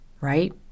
right